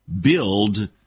build